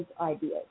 ideas